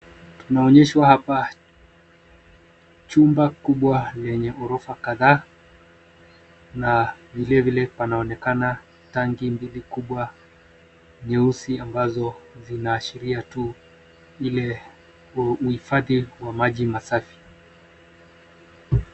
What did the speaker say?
jumba kubwa lenye ghorofa kadhaa, n avilevile panaonekana tanki mbili kubwa nyeusi ambazo zinaashiria uhifadhi wa maji safi.